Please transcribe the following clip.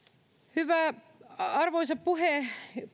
arvoisa puhemies